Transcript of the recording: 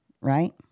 right